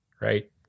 right